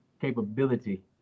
capability